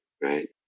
Right